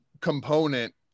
component